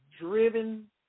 driven